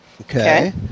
Okay